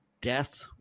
death